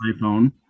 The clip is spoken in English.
iPhone